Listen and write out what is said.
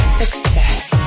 success